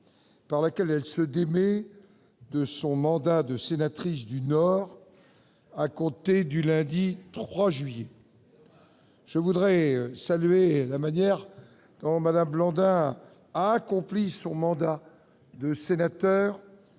par laquelle elle se démet de son mandat de sénatrice du Nord, à compter du lundi 3 juillet. Quel dommage ! Je voudrais saluer la manière dont Mme Blandin a accompli son mandat de sénatrice